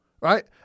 right